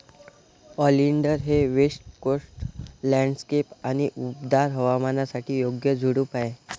oleander हे west coast landscape आणि उबदार हवामानासाठी योग्य झुडूप आहे